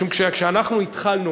משום שכשאנחנו התחלנו,